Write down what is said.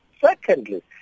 secondly